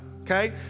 okay